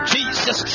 Jesus